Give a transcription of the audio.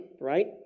right